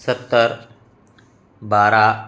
सत्तर बारा